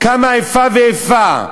כמה איפה ואיפה?